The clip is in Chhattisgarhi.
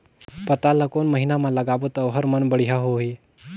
पातल ला कोन महीना मा लगाबो ता ओहार मान बेडिया होही?